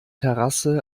terrasse